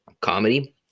Comedy